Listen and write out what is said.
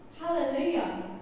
Hallelujah